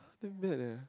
damn bad leh